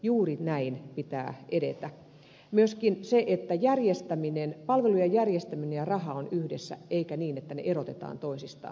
juuri näin pitää edetä myöskin niin että palvelujen järjestäminen ja raha ovat yhdessä eikä niin että ne erotetaan toisistaan